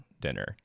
dinner